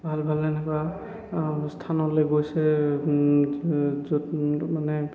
ভাল ভাল এনেকুৱা স্থানলে গৈছে য'ত মানে